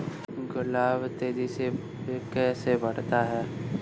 गुलाब तेजी से कैसे बढ़ता है?